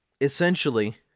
essentially